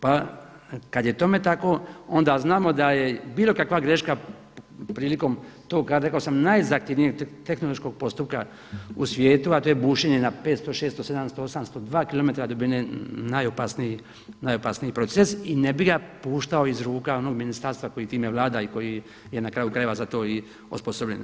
Pa kad je tome tako onda znamo da je bilo kakva greška prilikom tog rekao sam najzahtjevnijeg tehnološkog postupka u svijetu, a to je bušenje na 500, 600, 700, 800, 2 km dubine najopasniji proces i ne bih ga puštao iz ruka onog ministarstva koji time vlada i koji je na kraju krajeva za to i osposobljen.